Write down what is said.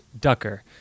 Ducker